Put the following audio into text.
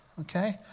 Okay